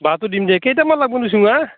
বাঁহটো দিম দে কেইটামান লাগিবনো চুঙা